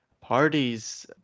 parties